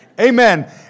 Amen